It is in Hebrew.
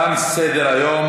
תם סדר-היום.